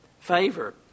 favor